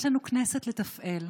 יש לנו כנסת לתפעל,